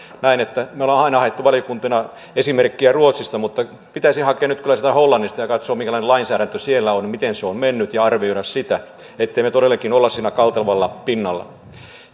näen että me olemme aina hakeneet valiokuntana esimerkkiä ruotsista mutta sitä pitäisi hakea nyt kyllä sieltä hollannista ja katsoa minkälainen lainsäädäntö siellä on ja miten se on mennyt ja arvioida sitä ettemme me todellakin ole sillä kaltevalla pinnalla